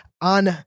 on